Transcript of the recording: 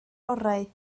orau